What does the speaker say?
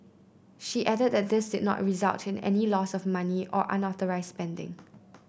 she added that this did not result in any loss of money or unauthorised spending